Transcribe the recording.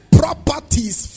properties